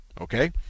Okay